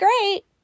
great